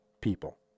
people